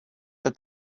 that